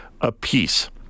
apiece